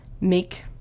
make